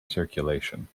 circulation